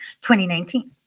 2019